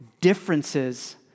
differences